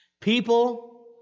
People